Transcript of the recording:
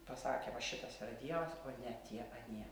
pasakė va šitas yra dievas o ne tie anie